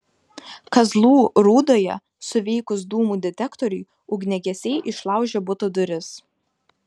kazlų rūdoje suveikus dūmų detektoriui ugniagesiai išlaužė buto duris